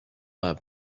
have